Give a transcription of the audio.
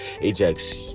Ajax